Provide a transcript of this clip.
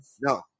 No